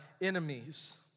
enemies